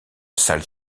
salle